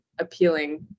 appealing